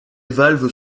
valves